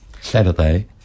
Saturday